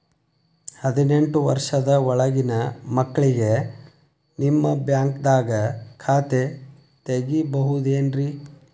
ಹದಿನೆಂಟು ವರ್ಷದ ಒಳಗಿನ ಮಕ್ಳಿಗೆ ನಿಮ್ಮ ಬ್ಯಾಂಕ್ದಾಗ ಖಾತೆ ತೆಗಿಬಹುದೆನ್ರಿ?